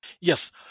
Yes